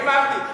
ידידי מרגי,